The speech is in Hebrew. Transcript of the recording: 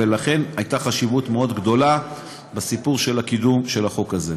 ולכן הייתה חשיבות מאוד גדולה בסיפור של קידום החוק הזה.